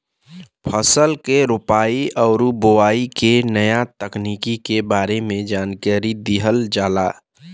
फसल के रोपाई आउर बोआई के नया तकनीकी के बारे में जानकारी दिहल जाला